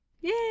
Yay